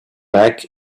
back